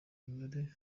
mibare